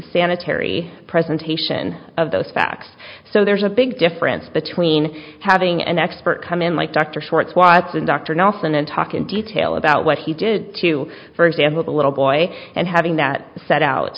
sanitary presentation of those facts so there's a big difference between having an expert come in like dr schwartz was in dr nelson and talk in detail about what he did to for example the little boy and having that set out